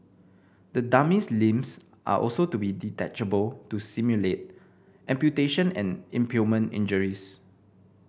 the dummy's limbs are also to be detachable to simulate amputation and impalement injuries